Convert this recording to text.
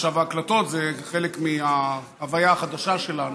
עכשיו הקלטות זה חלק מההוויה החדשה שלנו.